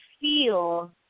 feel